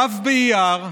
ו' באייר,